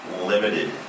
limited